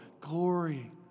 Glory